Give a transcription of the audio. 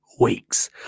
weeks